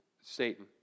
Satan